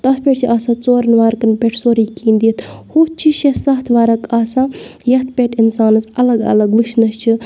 تَتھ پٮ۪ٹھ چھِ آسان ژورَن وَرقَن پٮ۪ٹھ سورُے کینٛہہ دِتھ ہُتھ چھِ شےٚ سَتھ وَرَق آسان یَتھ پٮ۪ٹھ اِنسانَس اَلگ اَلگ وٕچھنَس چھِ